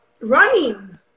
running